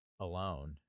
alone